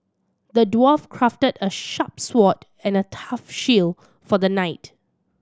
the dwarf crafted a sharp sword and a tough shield for the knight